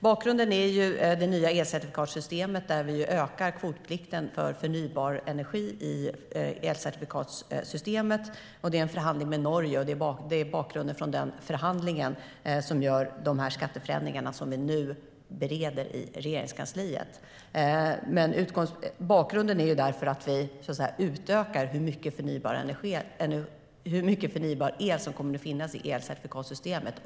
Bakgrunden är det nya elcertifikatssystemet, där vi ökar kvotplikten för förnybar energi. Det handlar om en förhandling med Norge. Det är mot bakgrund av den förhandlingen som vi nu bereder dessa skatteförändringar i Regeringskansliet. Bakgrunden är att vi utökar hur mycket förnybar el som kommer att finnas i elcertifikatssystemet.